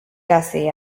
gussie